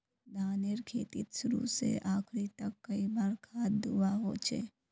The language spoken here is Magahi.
धानेर खेतीत शुरू से आखरी तक कई बार खाद दुबा होचए?